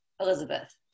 Elizabeth